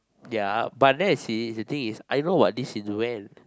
ya but then I see it is the thing I know about it since when